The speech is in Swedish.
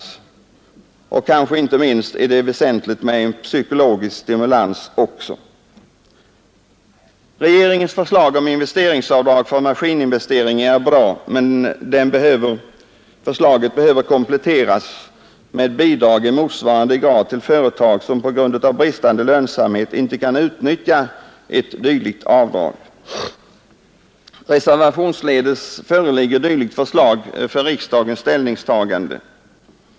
Här är det kanske inte minst viktigt med en psykologisk stimulans. Regeringens förslag om investeringsavdrag för maskininvesteringar är bra, men förslaget behöver kompletteras med bidrag i motsvarande grad till företag som på grund av bristande lönsamhet inte kan utnyttja ett dylikt avdrag. Reservationsledes föreligger dylikt förslag för riksdagens ställningstagande.